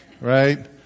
right